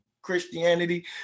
christianity